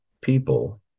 people